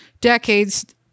decades